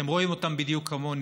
אתם רואים אותם בדיוק כמוני,